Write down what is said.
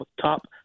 top